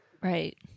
Right